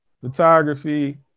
photography